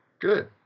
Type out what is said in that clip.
good